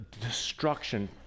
destruction